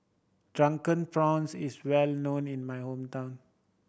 Drunken Prawns is well known in my hometown